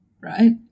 right